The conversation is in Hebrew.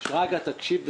שרגא ברוש, תקשיב בבקשה.